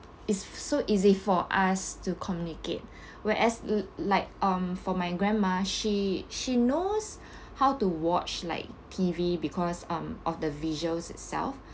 it's so easy for us to communicate whereas li~ like um for my grandma she she knows how to watch like T_V because um of the visuals itself